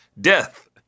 Death